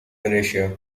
indonesia